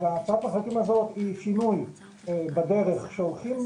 הצעת המחליטים הזאת היא שינוי בדרך שעושים,